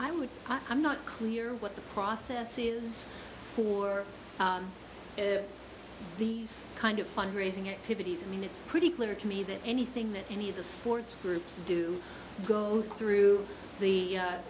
i would but i'm not clear what the process is for these kind of fund raising activities i mean it's pretty clear to me that anything that any of the sports groups do go through the